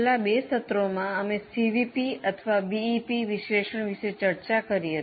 છેલ્લા બે સત્રોમાં અમે સીવીપી અથવા બીઇપી વિશ્લેષણ વિશે ચર્ચા કરી હતી